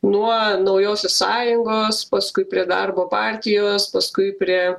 nuo naujosios sąjungos paskui prie darbo partijos paskui prie